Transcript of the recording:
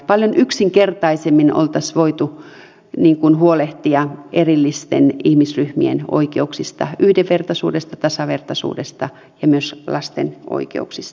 paljon yksinkertaisemmin oltaisiin voitu huolehtia erillisten ihmisryhmien oikeuksista yhdenvertaisuudesta tasavertaisuudesta ja myös lasten oikeuksista